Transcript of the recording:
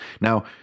Now